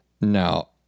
Now